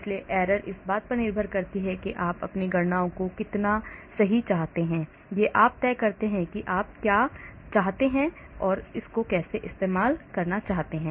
इसलिए error इस बात पर निर्भर करती हैं कि आप अपनी गणनाओं को कितना सही चाहते हैं यह आप तय कर सकते हैं और आप क्या चाहते हैं